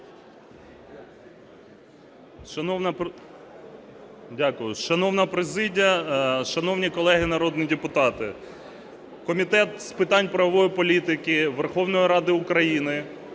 Шановна президія, шановні колеги народні депутати! Комітет з питань правової політики Верховної Ради України